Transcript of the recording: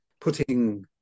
putting